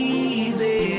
easy